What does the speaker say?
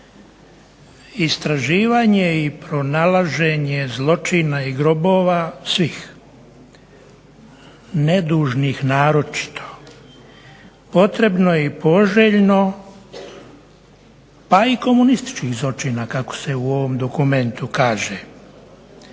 Istraživanje i pronalaženje zločina i grobova svih nedužnih naročito, potrebno je i poželjno pa i komunističkih zločina kako se u ovom dokumentu kaže,